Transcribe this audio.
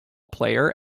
player